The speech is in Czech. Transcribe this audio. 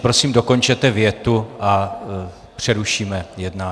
Prosím, dokončete větu a přerušíme jednání.